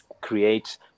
create